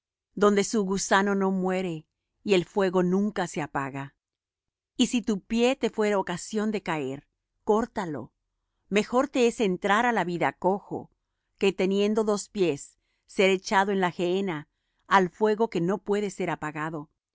donde su gusano no muere y el fuego nunca se apaga y si tu pie te fuere ocasión de caer córtalo mejor te es entrar á la vida cojo que teniendo dos pies ser echado en la gehenna al fuego que no puede ser apagado